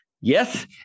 Yes